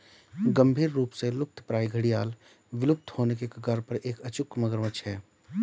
गंभीर रूप से लुप्तप्राय घड़ियाल विलुप्त होने के कगार पर एक अचूक मगरमच्छ है